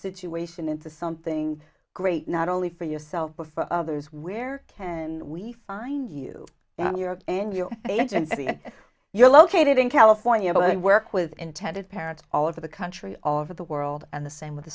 situation into something great not only for yourself but for others where can we find you and you know you're located in california but i work with intended parents all over the country all over the world and the same with the